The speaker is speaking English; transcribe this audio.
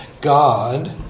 God